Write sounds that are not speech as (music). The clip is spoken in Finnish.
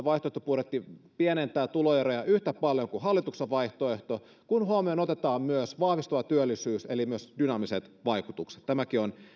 (unintelligible) vaihtoehtobudjetti pienentää tuloeroja yhtä paljon kuin hallituksen vaihtoehto kun huomioon otetaan myös vahvistuva työllisyys eli myös dynaamiset vaikutukset tämäkin on